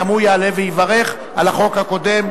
גם הוא יעלה ויברך על החוק הקודם.